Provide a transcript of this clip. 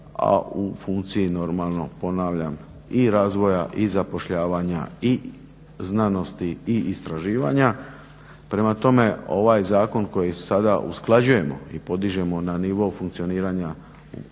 a u funkciji normalno ponavljam i razvoja i zapošljavanja i znanosti i istraživanja. Prema tome, ovaj zakon koji sada usklađujemo i podižemo na nivo funkcioniranja